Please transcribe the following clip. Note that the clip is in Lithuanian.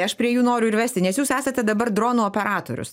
aš prie jų noriu ir vesti nes jūs esate dabar dronų operatorius